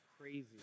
crazy